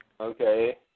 Okay